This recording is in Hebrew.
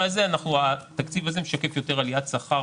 הזה התקציב הזה משקף יותר עליית שכר